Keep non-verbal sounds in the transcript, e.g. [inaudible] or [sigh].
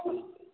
[unintelligible]